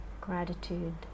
gratitude